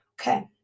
Okay